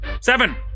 Seven